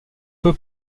peu